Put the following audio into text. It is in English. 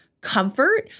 comfort